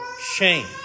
shame